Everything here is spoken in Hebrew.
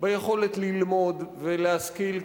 ביכולת ללמוד ולהשכיל,